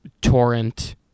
torrent